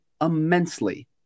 immensely